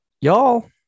Y'all